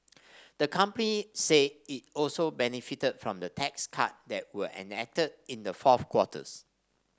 the company said it also benefited from the tax cut that were enacted in the fourth quarters